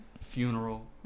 Funeral